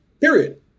Period